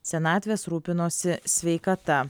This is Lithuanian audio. senatvės rūpinosi sveikata